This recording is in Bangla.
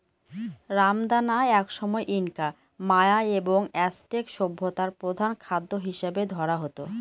রামদানা একসময় ইনকা, মায়া এবং অ্যাজটেক সভ্যতায় প্রধান খাদ্য হিসাবে ধরা হত